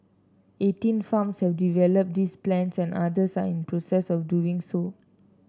eighteen farms have developed these plans and others are in the process of doing so